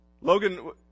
Logan